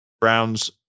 Browns